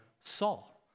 Saul